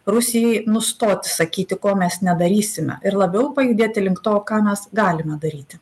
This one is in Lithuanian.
rusijai nustoti sakyti ko mes nedarysime ir labiau pajudėti link to ką mes galime daryti